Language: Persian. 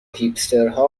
هیپسترها